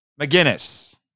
McGinnis